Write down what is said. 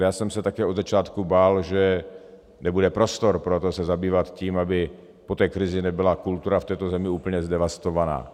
Ale já jsem se také od začátku bál, že nebude prostor pro to se zabývat tím, aby po té krizi nebyla kultura v této zemi úplně zdevastovaná.